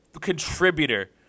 contributor